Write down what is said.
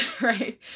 right